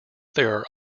there